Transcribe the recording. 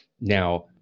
Now